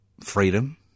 freedom